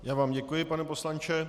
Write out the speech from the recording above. Já vám děkuji, pane poslanče.